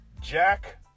Jack